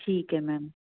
ਠੀਕ ਹੈ ਮੈਮ